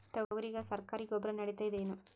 ತೊಗರಿಗ ಸರಕಾರಿ ಗೊಬ್ಬರ ನಡಿತೈದೇನು?